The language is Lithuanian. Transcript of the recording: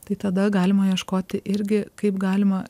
tai tada galima ieškoti irgi kaip galima